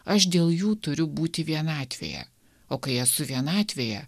aš dėl jų turiu būti vienatvėje o kai esu vienatvėje